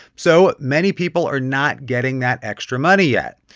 so many people are not getting that extra money yet.